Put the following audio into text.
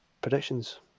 predictions